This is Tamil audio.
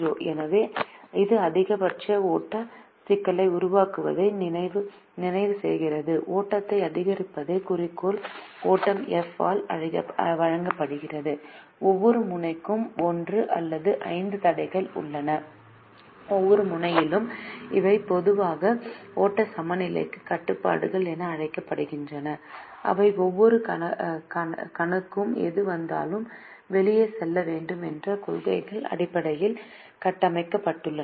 எனவே இது அதிகபட்ச ஓட்ட சிக்கலை உருவாக்குவதை நிறைவு செய்கிறது ஓட்டத்தை அதிகரிப்பதே குறிக்கோள் ஓட்டம் f ஆல் வழங்கப்படுகிறது ஒவ்வொரு முனைக்கும் ஒன்று அல்லது 5 தடைகள் உள்ளன ஒவ்வொரு முனையிலும் இவை பொதுவாக ஓட்ட சமநிலைக் கட்டுப்பாடுகள் என அழைக்கப்படுகின்றன அவை ஒவ்வொரு கணுக்கும் எது வந்தாலும் வெளியே செல்ல வேண்டும் என்ற கொள்கையின் அடிப்படையில் கட்டமைக்கப்பட்டுள்ளன